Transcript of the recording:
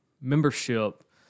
membership